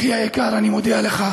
אחי היקר והאהוב, אני מודיע לך